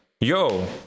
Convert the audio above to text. yo